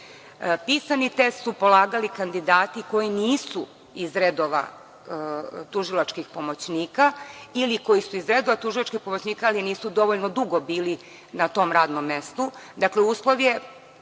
testa. Pisani test su polagali kandidati koji nisu iz redova tužilačkih pomoćnika ili koji su iz redova tužilačkih pomoćnika ali nisu dovoljno dugo bili na tom radnom mestu.